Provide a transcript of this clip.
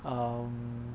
um